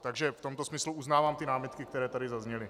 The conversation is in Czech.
Takže v tomto smyslu uznávám námitky, které tady zazněly.